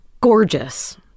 Gorgeous